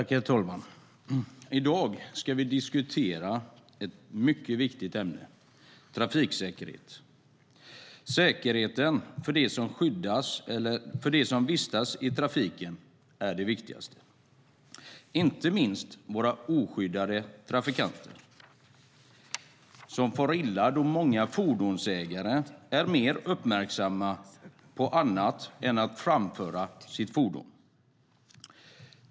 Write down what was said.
Herr talman! I dag diskuterar vi ett mycket viktigt ämne: trafiksäkerhet. Säkerheten för dem som vistas i trafiken är det viktigaste, inte minst för våra oskyddade trafikanter som far illa då många fordonsägare är mer uppmärksamma på annat än att framföra sitt fordon.